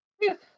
Yes